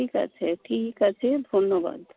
ঠিক আছে ঠিক আছে ধন্যবাদ